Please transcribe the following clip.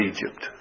Egypt